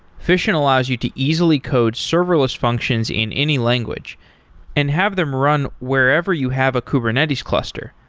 fission allows you to easily code serverless functions in any language and have them run wherever you have a kubernetes cluster,